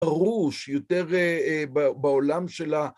פרוש יותר, אה... ב... בעולם של ה...